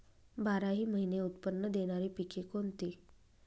बाराही महिने उत्त्पन्न देणारी पिके कोणती?